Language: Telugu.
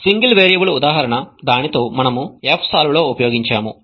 సింగిల్ వేరియబుల్ ఉదాహరణ దానితో మనము fsolve లో ఉపయోగించాము